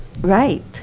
Right